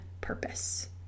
purpose